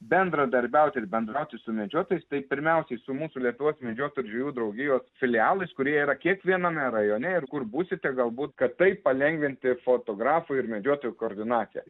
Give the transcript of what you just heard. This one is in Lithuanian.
bendradarbiauti ir bendrauti su medžiotojais tai pirmiausiai su mūsų lietuvos medžiotojų ir žvejų draugijos filialais kurie yra kiekviename rajone ir kur būsite galbūt kad taip palengvinti fotografų ir medžiotojų koordinaciją